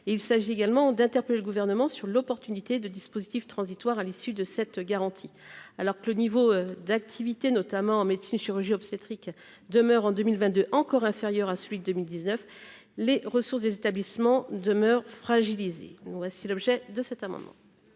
il s'agit également d'interpeller le gouvernement sur l'opportunité de dispositif transitoire à l'issue de cette garantie, alors que le niveau d'activité notamment en médecine chirurgie obstétrique demeure en 2022 encore inférieur à celui de 1019 les ressources des établissements demeurent fragilisé ou voici l'objet de cet amendement.